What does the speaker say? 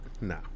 No